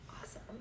Awesome